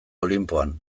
olinpoan